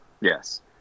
yes